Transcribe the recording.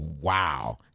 wow